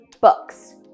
books